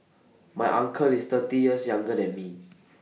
my uncle is thirty years younger than me